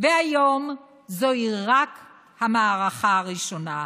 והיום זוהי המערכה הראשונה,